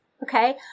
Okay